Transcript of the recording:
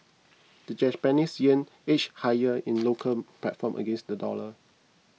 the Japanese yen edged higher in the local platform against the dollar